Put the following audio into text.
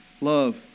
love